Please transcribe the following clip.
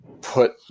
put